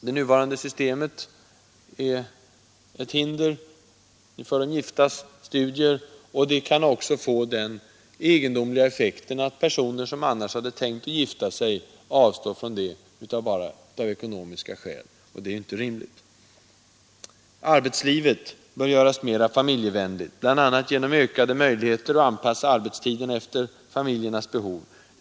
Det nuvarande systemet utgör ett hinder för giftas studier, och det kan också få den egendomliga effekten att personer som annars hade tänkt gifta sig avstår från detta av ekonomiska skäl, och det är inte rimligt. Arbetslivet bör göras mera familjevänligt, bl.a. genom ökade möjligheter att anpassa arbetstiderna efter familjens behov.